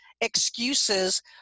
excuses